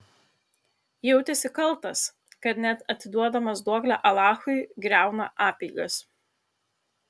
jautėsi kaltas kad net atiduodamas duoklę alachui griauna apeigas